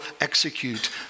execute